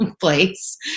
place